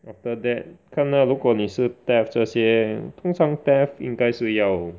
after that 看 lah 如果你是 theft 这些通常 theft 应该是要